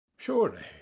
Surely